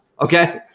okay